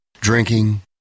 drinking